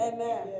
Amen